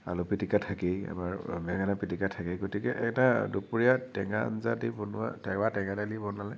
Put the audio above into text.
আলু পিটিকা থাকেই আমাৰ বেঙেনা পিটিকা থাকেই গতিকে এটা দুপৰীয়া টেঙা আঞ্জা দি বনোৱা টেঙা টেঙা দালি বনালে